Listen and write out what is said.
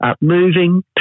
moving